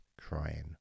crying